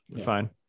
Fine